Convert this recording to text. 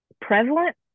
prevalent